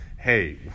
hey